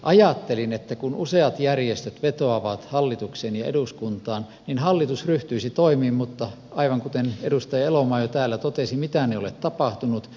ajattelin että kun useat järjestöt vetoavat hallitukseen ja eduskuntaan niin hallitus ryhtyisi toimiin mutta aivan kuten edustaja elomaa jo täällä totesi mitään ei ole tapahtunut